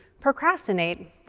procrastinate